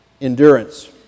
endurance